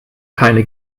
keine